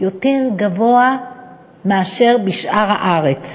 יותר גבוה מאשר בשאר הארץ,